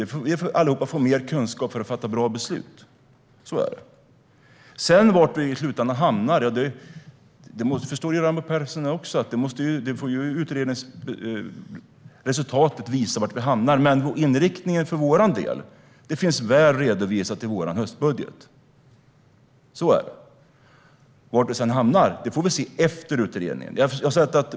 Vi kommer alla att få mer kunskap för att kunna fatta bra beslut. Sedan förstår väl Raimo Pärssinen också att resultatet av utredningen får visa var vi hamnar i slutänden. Men vår inriktning finns väl redovisad i vår höstbudget. Var vi hamnar får vi se efter att utredningen är klar.